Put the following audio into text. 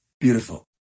beautiful